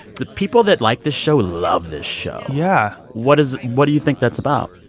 the people that like this show love this show yeah what is what do you think that's about?